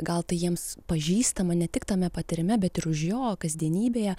gal tai jiems pažįstama ne tik tame patyrime bet ir už jo kasdienybėje